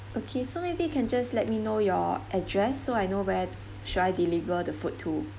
okay so maybe you can just let me know your address so I know where should I deliver the food to